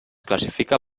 classifica